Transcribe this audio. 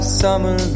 summer